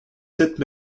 sept